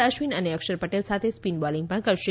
અશ્વિન અને અક્ષર પટેલ સાથે spin bowling પણ કરશે